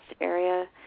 area